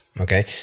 Okay